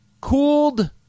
cooled